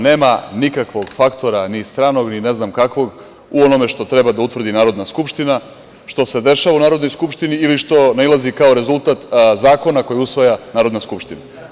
Nema nikakvog faktora ni stranog, ni ne znam kakvom u onome što treba da utvrdi Narodna skupština, što se dešava u Narodnoj skupštini ili što nailazi kao rezultat zakona koje usvaja Narodna skupština.